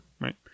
Right